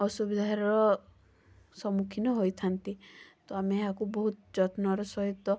ଅସୁବିଧାର ସମ୍ମୁଖୀନ ହୋଇଥାଆନ୍ତି ତ ଆମେ ଏହାକୁ ବହୁତ ଯତ୍ନର ସହିତ